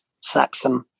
Saxon